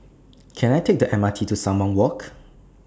Can I Take The M R T to Sumang Walk